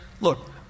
Look